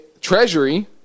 Treasury